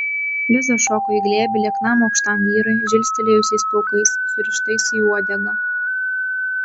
liza šoko į glėbį lieknam aukštam vyrui žilstelėjusiais plaukais surištais į uodegą